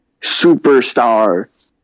superstar